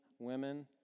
Women